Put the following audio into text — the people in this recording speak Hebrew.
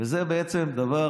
וזה בעצם דבר